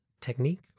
technique